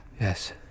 Yes